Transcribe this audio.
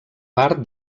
part